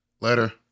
Later